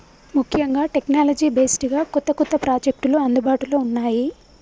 ముఖ్యంగా technology based గా కొత్త కొత్త ప్రాజెక్టులు అందుబాటులో ఉన్నాయి